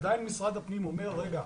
עדיין משרד הפנים אומר רגע,